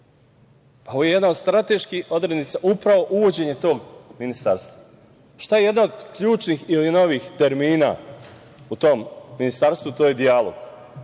ovo je jedna od strateških odrednica, upravo uvođenje tog ministarstva. Šta je jedno od ključnih ili novih termina u tom ministarstvu? To je dijalog.